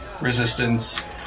resistance